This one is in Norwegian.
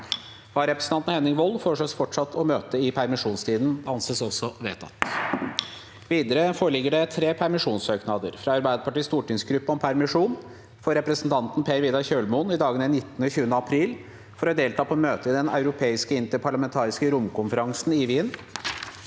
Vararepresentanten Henning Wold fortsetter å møte i permisjonstiden. Presidenten Videre foreligger det tre permisjonssøknader: – fra Arbeiderpartiets stortingsgruppe om permisjon for representanten Per Vidar Kjølmoen i dagene 19. og 20. april for å delta på møte i Den europeiske interparlamentariske romkonferansen i Wien